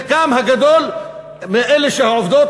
וחלק גדול מאלה שעובדות,